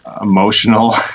emotional